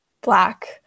black